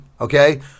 okay